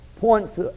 points